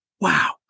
wow